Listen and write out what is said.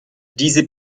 diese